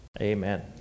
Amen